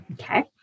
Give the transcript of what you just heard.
okay